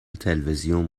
تلویزیون